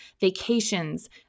vacations